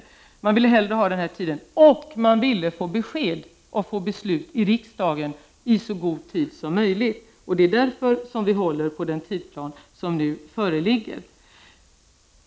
Remissinstanserna vill hellre ha ett beslut i riksdagen i så god tid som möjligt. Det är därför vi håller på den tidsplan som nu föreligger.